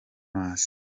mazi